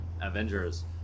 Avengers